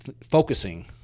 focusing